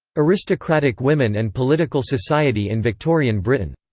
aristocratic women and political society in victorian britain.